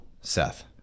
Seth